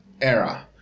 era